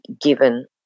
given